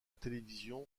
télévision